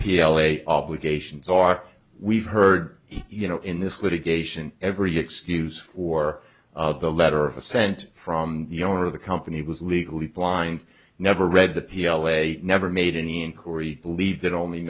p l a obligations are we've heard you know in this litigation every excuse for the letter sent from the owner of the company was legally blind never read the p l a never made any inquiry believe that only